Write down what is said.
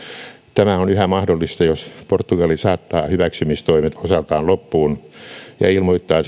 tämä on yhä mahdollista jos portugali saattaa hyväksymistoimet osaltaan loppuun ja ilmoittaa